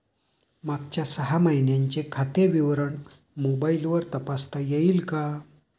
मागच्या सहा महिन्यांचे खाते विवरण मोबाइलवर तपासता येईल का?